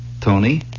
Tony